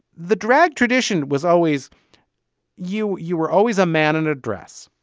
the drag tradition was always you you were always a man in a dress.